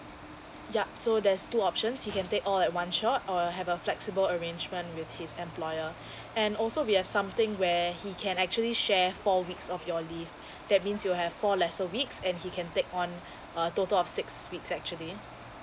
yup so there's two options you can take all at one shot or have a flexible arrangement with his employer and also we have something where he can actually share four weeks of your leave that means you have four lesser weeks and he can take on a total of six weeks actually